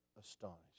astonished